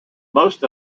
most